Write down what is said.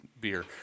beer